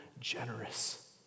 generous